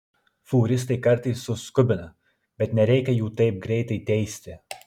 fūristai kartais suskubina bet nereikia jų taip greitai teisti